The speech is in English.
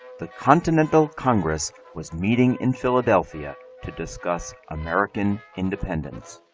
the continental congress was meeting in philadelphia to discuss american independence.